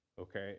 Okay